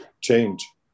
change